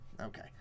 Okay